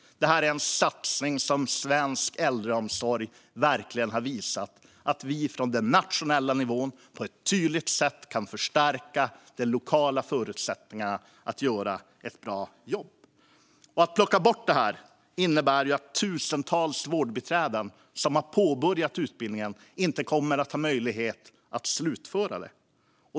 Det här är en satsning på svensk äldreomsorg som verkligen har visat att vi från den nationella nivån på ett tydligt sätt kan förstärka de lokala förutsättningarna att göra ett bra jobb. Att plocka bort detta innebär att tusentals vårdbiträden som har påbörjat utbildningen inte kommer att ha möjlighet att slutföra den.